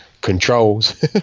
controls